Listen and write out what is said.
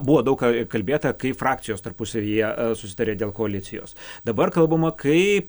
buvo daug kalbėta kai frakcijos tarpusavyje susitarė dėl koalicijos dabar kalbama kaip